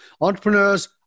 Entrepreneurs